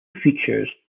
features